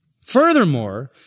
Furthermore